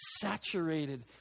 saturated